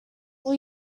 will